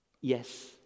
Yes